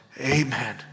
Amen